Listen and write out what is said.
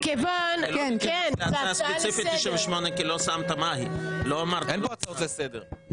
לא להתייחס להצעה ספציפית 98 כי לא שמת --- אין פה הצעות לסדר.